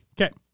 Okay